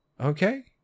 Okay